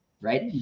Right